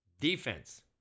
Defense